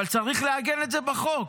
אבל צריך לעגן את זה בחוק.